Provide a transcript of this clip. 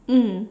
mm